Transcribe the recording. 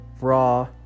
raw